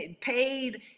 paid